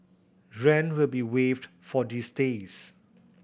rent will be waived for these days